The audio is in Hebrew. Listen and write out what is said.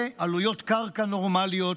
ועלויות קרקע נורמליות,